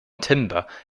timber